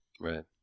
Right